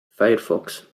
firefox